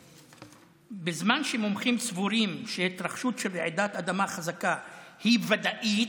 בזמן שמומחים סבורים שהתרחשות של רעידת אדמה חזקה היא ודאית,